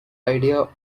idea